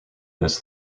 this